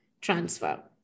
transfer